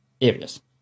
areas